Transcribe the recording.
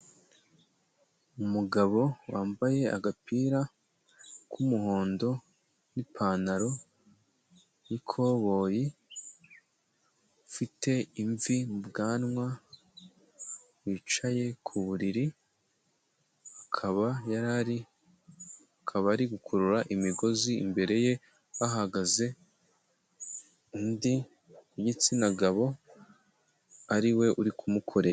Umugabo wambaye agapira k'umuhondo, n'ipantaro y'ikoboyi, ufite imvi mu bwanwa, wicaye ku buriri, akaba yari ari, akaba ari gukurura imigozi imbere ye, hahagaze undi w'igitsina gabo ariwe uri kumukoresha.